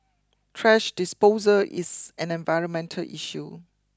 trash disposal is an environmental issue